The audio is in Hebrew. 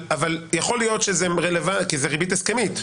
כי זה ריבית הסכמית.